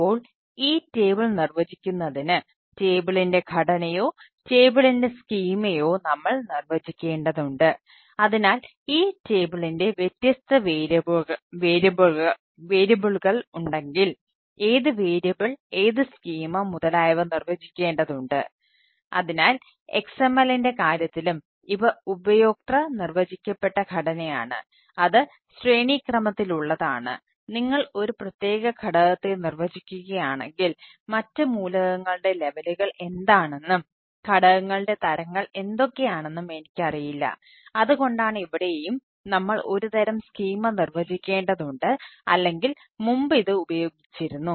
ഇപ്പോൾ ഈ ടേബിൾ എന്ന് വിളിക്കുന്നു